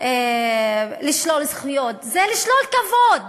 לשלול זכויות, זה לשלול כבוד.